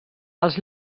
els